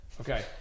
okay